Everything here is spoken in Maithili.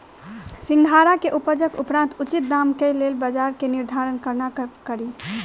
सिंघाड़ा केँ उपजक उपरांत उचित दाम केँ लेल बजार केँ निर्धारण कोना कड़ी?